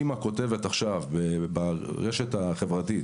לדוגמה, אימא כותבת עכשיו ברשת החברתית